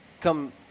come